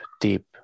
deep